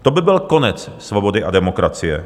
To by byl konec svobody a demokracie.